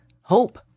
hope